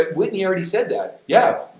ah whitney already said that, yeah!